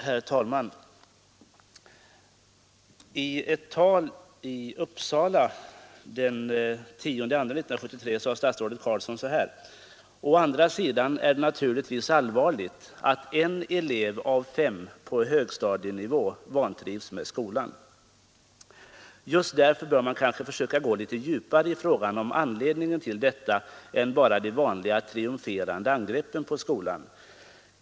Herr talman! I ett tal i Uppsala den 10 februari 1973 sade statsrådet Carlsson så här: ”Å andra sidan är det naturligtvis allvarligt att en elev av fem på högstadienivå vantrivs med skolan. Just därför bör man kanske försöka gå lite djupare i frågan om anledningen till detta än bara de vanliga triumferande angreppen på skolan.